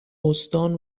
استان